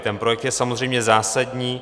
Ten projekt je samozřejmě zásadní.